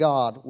God